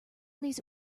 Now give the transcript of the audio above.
these